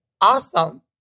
Awesome